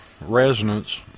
resonance